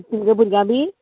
तुमगे भुरग्यां बी